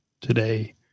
today